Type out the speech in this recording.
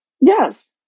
Yes